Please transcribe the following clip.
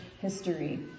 history